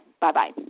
bye-bye